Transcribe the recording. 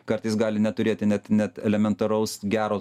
kartais gali neturėti net net elementaraus gero